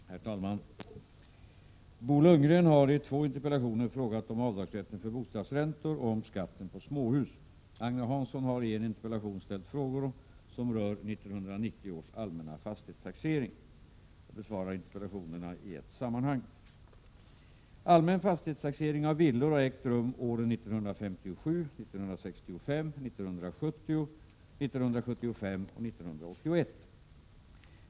Herr talman! Bo Lundgren har i två interpellationer frågat om avdragsrätten för bostadsräntor och om skatten på småhus. Agne Hansson har i en interpellation ställt frågor som rör 1990 års allmänna fastighetstaxering. Jag besvarar interpellationerna i ett sammanhang. Allmän fastighetstaxering av villor har ägt rum åren 1957, 1965, 1970, 1975 och 1981.